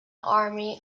army